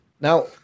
Now